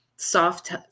soft